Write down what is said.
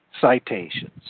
citations